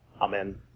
Amen